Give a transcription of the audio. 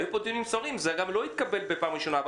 היו פה דיונים סוערים וזה לא התקבל בפעם הראשונה.